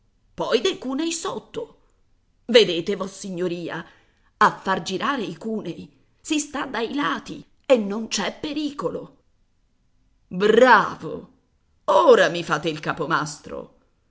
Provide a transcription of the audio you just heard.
poi dei cunei sotto vedete vossignoria a far girare i cunei si sta dai lati e non c'è pericolo bravo ora mi fate il capomastro